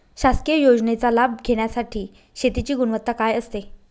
शासकीय योजनेचा फायदा घेण्यासाठी शेतीची गुणवत्ता काय असते?